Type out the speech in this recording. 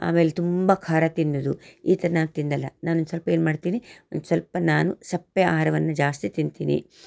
ಆಮೇಲೆ ತುಂಬ ಖಾರ ತಿನ್ನೋದು ಈ ಥರ ನಾನು ತಿನ್ನೋಲ್ಲ ನಾನು ಸ್ವಲ್ಪ ಏನು ಮಾಡ್ತೀನಿ ಸ್ವಲ್ಪ ನಾನು ಸಪ್ಪೆ ಆಹಾರವನ್ನು ಜಾಸ್ತಿ ತಿಂತೀನಿ